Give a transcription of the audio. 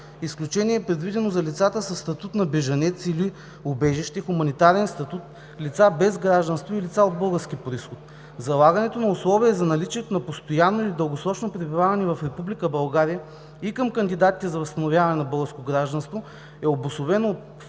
Изключение е предвидено за лицата със статут на бежанец или убежище, хуманитарен статут, лица без гражданство и лица от български произход. Залагането на условие за наличието на постоянно или дългосрочно пребиваване в Република България и към кандидатите за възстановяване на българско гражданство е обособено